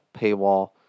paywall